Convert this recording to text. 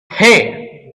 hey